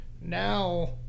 Now